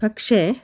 പക്ഷേ